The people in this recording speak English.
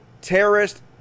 terrorist